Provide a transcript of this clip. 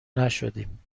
نشدیم